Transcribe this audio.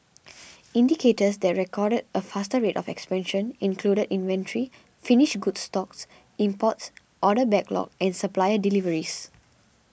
indicators that recorded a faster rate of expansion included inventory finished goods stocks imports order backlog and supplier deliveries